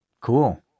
Cool